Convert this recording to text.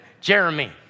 Jeremy